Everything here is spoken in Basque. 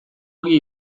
ogi